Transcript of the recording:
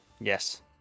Yes